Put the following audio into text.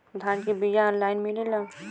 धान के बिया ऑनलाइन मिलेला?